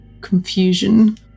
confusion